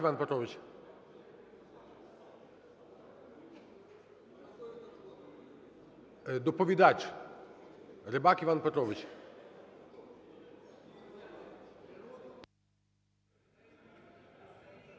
Доповідач – Рибак Іван Петрович.